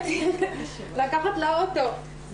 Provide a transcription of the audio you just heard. תמר שוורץ שלום.